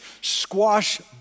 squash